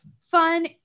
fun